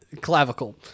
clavicle